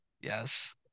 Yes